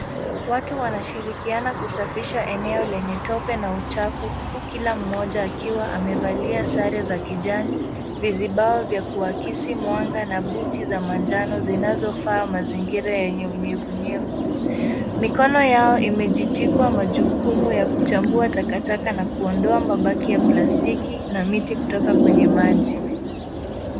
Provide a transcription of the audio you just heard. Watu wanashirikiana kusafisha eneo lenye tope na uchafu huku kila mmoja akiwa amevalia sare za kijani, vizibao vya kuakisi mwanga na buti za manjano zinazofaa mazingira yenye unyevunyevu. Mikono yao imejitikwa majukumu ya kuchambua takataka na kuondoa mabaki ya plastiki na miti kutoka kwenye maji.